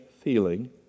feeling